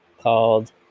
called